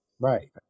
Right